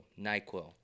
NyQuil